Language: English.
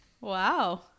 Wow